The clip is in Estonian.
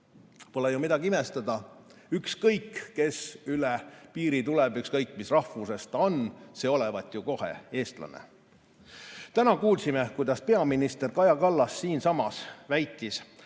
Pole ju midagi imestada. Ükskõik, kes üle piiri tuleb, ükskõik, mis rahvusest ta on, see olevat kohe eestlane. Täna kuulsime, kuidas peaminister Kaja Kallas siinsamas väitis,